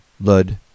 Lud